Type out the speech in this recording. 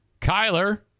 Kyler